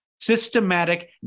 systematic